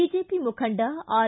BJP ಮುಖಂಡ R